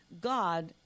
God